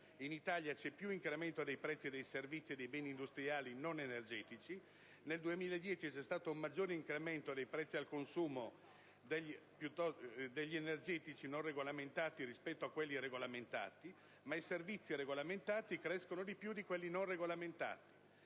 in Italia vi è un maggiore incremento dei prezzi dei servizi e dei beni industriali non energetici. Nel 2010 si è registrato un maggior incremento dei prezzi al consumo degli energetici non regolamentati rispetto a quelli regolamentati, ma i servizi regolamentati crescono di più di quelli non regolamentati.